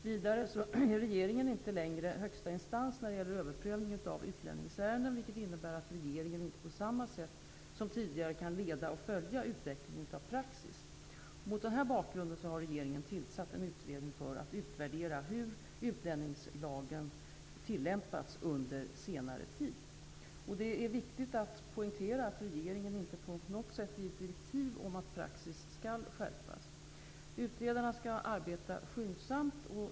Vidare är regeringen inte längre högsta instans när det gäller överprövning av utlänningsärenden, vilket innebär att regeringen inte på samma sätt som tidigare kan leda och följa utvecklingen av praxis. Mot denna bakgrund har regeringen tillsatt en utredning för att utvärdera hur utlänningslagen tillämpats under senare tid. Det är viktigt att poängtera att regeringen inte på något sätt givit direktiv om att praxis skall skärpas. Utredarna skall arbeta skyndsamt.